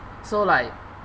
so like